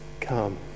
come